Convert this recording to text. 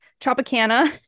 Tropicana